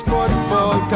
Football